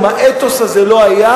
אם האתוס הזה לא היה,